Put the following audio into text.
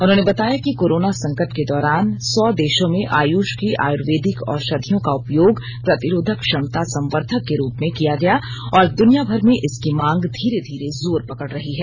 उन्होंने बताया कि कोरोना संकट के दौरान सौ देशों में आयुष की आयुर्वेदिक औषधियों का उपयोग प्रतिरोधक क्षमता संवर्धक के रूप में किया गया और दुनियाभर में इसकी मांग धीरे धीरे जोर पकड़ रही है